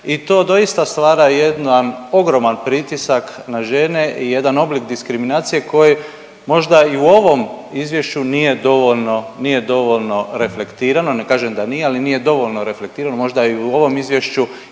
i to doista stvara jedan ogroman pritisak na žene i jedan oblik diskriminacije koji možda i u ovom izvješću nije dovoljno, nije dovoljno reflektirano, ne kažem da nije, ali nije dovoljno reflektirano, možda i u ovom izvješću